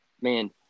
Man